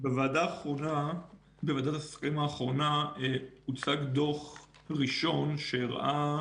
בוועדת השרים האחרונה הוצג דוח ראשון שהראה